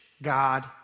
God